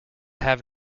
have